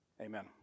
Amen